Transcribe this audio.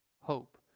hope